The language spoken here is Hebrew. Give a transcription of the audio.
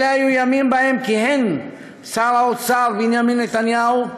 אלה היו ימים שבהם כיהן שר האוצר בנימין נתניהו,